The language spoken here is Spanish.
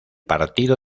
partido